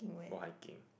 go hiking